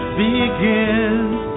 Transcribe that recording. begins